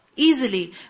Easily